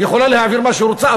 יכולה להגיד מה שהיא רוצה,